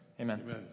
Amen